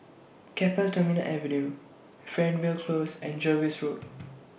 Keppel Terminal Avenue Fernvale Close and Jervois Road